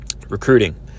Recruiting